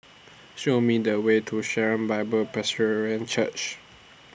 Show Me The Way to Sharon Bible Presbyterian Church